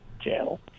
channel